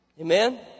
Amen